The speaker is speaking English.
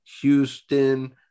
houston